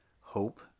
hope